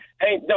Hey